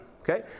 okay